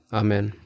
amen